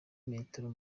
metero